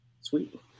sweet